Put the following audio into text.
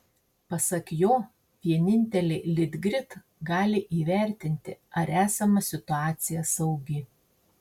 pasak jo vienintelė litgrid gali įvertinti ar esama situacija saugi